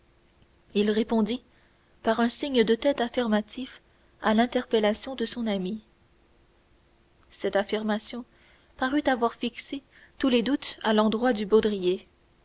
il répondit par un signe de tête affirmatif à l'interpellation de son ami cette affirmation parut avoir fixé tous les doutes à l'endroit du baudrier